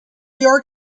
york